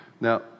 Now